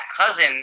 cousin